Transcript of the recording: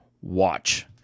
watch